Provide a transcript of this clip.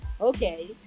okay